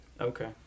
okay